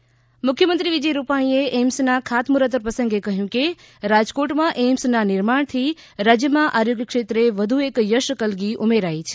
ે મુખ્યમંત્રી વિજય રૂપાણીએ એઈમ્સના ખાતમુર્હત પ્રસંગે કહ્યું કે રાજકોટમાં એઈમ્સના નિર્માણથી રાજ્યમાં આરોગ્ય ક્ષેત્રે વધુ એક યશક્લગી ઉમેરાઈ છે